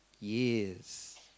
Years